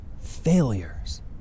failures